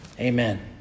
Amen